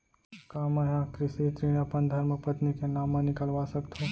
का मैं ह कृषि ऋण अपन धर्मपत्नी के नाम मा निकलवा सकथो?